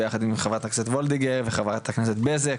ביחד עם חברת הכנסת וולדיגר וחברת הכנסת בזק.